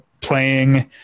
playing